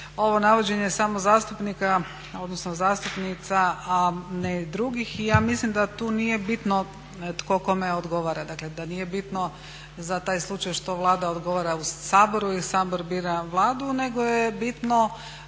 ovo navođenje samo zastupnika odnosno zastupnica, a ne drugih i ja mislim da tu nije bitno tko kome odgovara, dakle da nije bitno za taj slučaj što Vlada odgovara u Saboru i Sabor bira Vladu nego je bitno